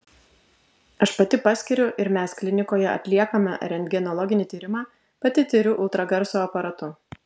aš pati paskiriu ir mes klinikoje atliekame rentgenologinį tyrimą pati tiriu ultragarso aparatu